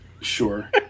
Sure